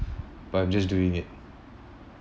but I'm just doing it